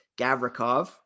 Gavrikov